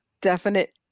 definite